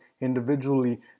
individually